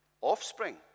Offspring